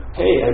hey